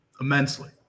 Immensely